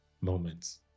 moments